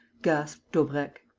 gasped daubrecq.